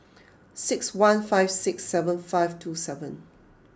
six one five six seven five two seven